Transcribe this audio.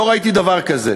לא ראיתי דבר כזה.